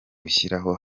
gushyira